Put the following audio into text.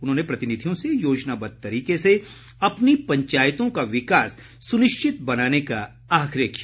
उन्होंने प्रतिनिधियों से योजनाबद्व तरीके से अपनी पंचायतों का विकास सुनिश्चित बनाने का आग्रह किया